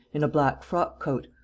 in a black frock-coat,